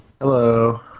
Hello